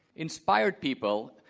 inspired people,